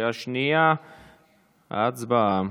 קריאה שנייה, הצבעה.